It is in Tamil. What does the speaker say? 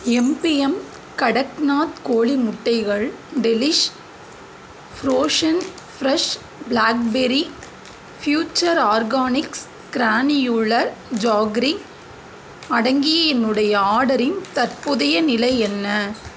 எம்பிஎம் கடக்நாத் கோழி முட்டைகள் Delish frozen fresh blackberry Future Organics granular jaggery அடங்கிய என்னுடைய ஆர்டரின் தற்போதைய நிலை என்ன